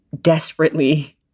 desperately